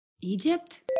Egypt